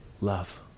love